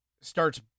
starts